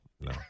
No